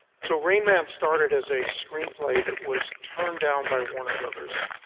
so rain man started as a screenplay that was turned down by warner brothers.